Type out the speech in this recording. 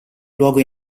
luogo